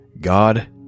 God